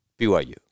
BYU